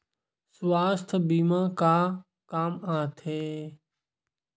सुवास्थ बीमा का काम आ थे?